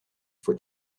for